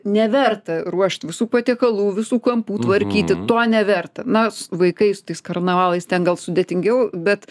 neverta ruošt visų patiekalų visų kampų tvarkyti to neverta na s vaikai su tais karnavalais ten gal sudėtingiau bet